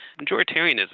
Majoritarianism